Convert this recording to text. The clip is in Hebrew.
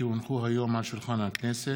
כי הונחו היום על שולחן הכנסת,